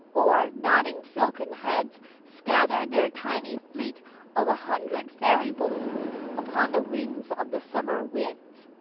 or, nodding silken heads scatter their tiny fleet of a hundred fairy balloons upon the wings of the summer winds.